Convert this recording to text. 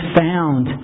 found